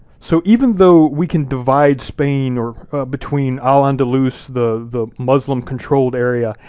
so even though we can divide spain, or between al-andalus, the the muslim controlled area,